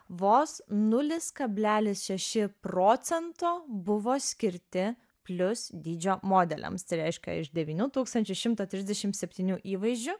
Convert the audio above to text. vos nulis kablelis šeši procento buvo skirti plius dydžio modeliams tai reiškia iš devynių tūkstančių šimto trisdešim septynių įvaizdžių